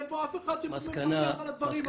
שאין פה אף אחד שלוקח אחריות על הדברים האלה.